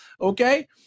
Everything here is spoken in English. Okay